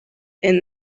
and